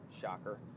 Shocker